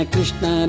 Krishna